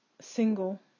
Single